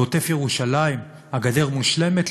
בעוטף-ירושלים הגדר מושלמת?